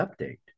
update